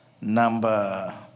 number